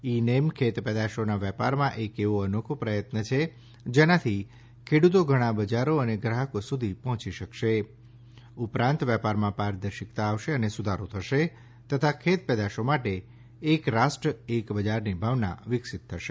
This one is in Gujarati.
ઈ નૈમ ખેત પેદાશોનાં વેપારમાં એક એવો અનોખો પ્રયત્ન છે જેનાથી ખેડૂતો ઘણાં બજારો અને ગ્રાહકો સુધી પહોંચી શકશે ઉપરાંત વેપારમાં પારદર્શિકતા આવશે અને સુધારો થશે તથા ખેત પેદાશો માટે એક રાષ્ટ્ર એક બજારની ભાવના વિકસીત થશે